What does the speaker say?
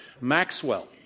Maxwell